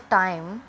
time